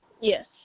yes